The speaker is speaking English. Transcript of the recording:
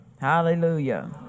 Hallelujah